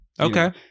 Okay